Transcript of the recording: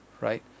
right